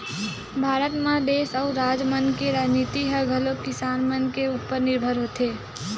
भारत म देस अउ राज मन के राजनीति ह घलोक किसान मन के उपर निरभर होथे